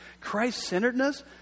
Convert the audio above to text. Christ-centeredness